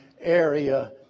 area